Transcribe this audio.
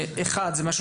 רוצה